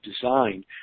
designed